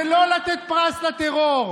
זה לא לתת פרס לטרור,